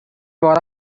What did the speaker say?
war